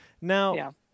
Now